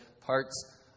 parts